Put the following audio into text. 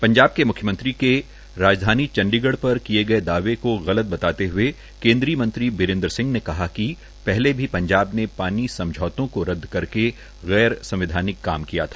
पंजाब के म् यमं ी के रा धानी चंडीगढ़ पर कये गये दावे को गलत बताते हृए के य मं ी बीरे संह ने कहा क पहले भी पंजाब ने पानी समझौत को र द करके गैर सं वधा नक काम कया था